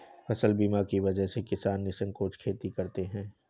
फसल बीमा की वजह से किसान निःसंकोच खेती करते हैं